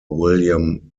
william